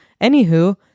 Anywho